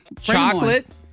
Chocolate